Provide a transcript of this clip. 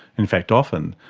in fact often,